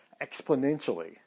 exponentially